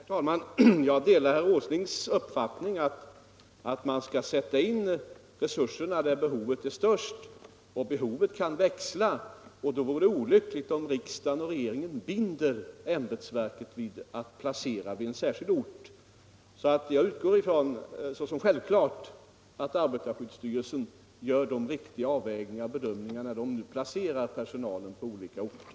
Herr talman! Jag delar herr Åslings uppfattning att man skall sätta in resurserna där behovet är störst. Men behovet kan växla, och då vore det olyckligt om riksdagen och regeringen band ämbetsvéerket vid att placera personal på någon särskild ort. Jag utgår från såsom självklart 49 att arbetarskyddsstyrelsen gör riktiga avvägningar och bedömningar när den placerar personalen på olika orter.